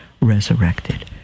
resurrected